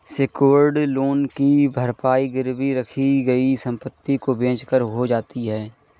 secured loan की भरपाई गिरवी रखी गई संपत्ति को बेचकर हो जाती है